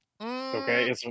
Okay